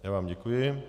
Já vám děkuji.